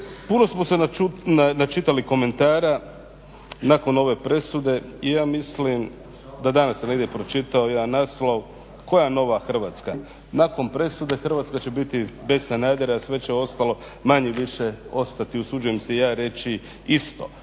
Puno smo se načitali komentara nakon ove presude i ja mislim da danas sam negdje pročitao jedan naslov koja nova Hrvatska. Nakon presude Hrvatska će biti bez Sanadera, a sve će ostalo manje-više ostati usuđujem se ja reći isto.